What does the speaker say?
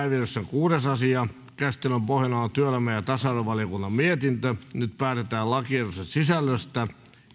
kuudes asia käsittelyn pohjana on työelämä ja ja tasa arvovaliokunnan mietintö seitsemän nyt päätetään lakiehdotuksen sisällöstä